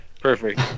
perfect